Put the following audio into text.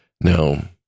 Now